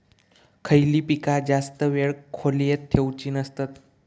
खयली पीका जास्त वेळ खोल्येत ठेवूचे नसतत?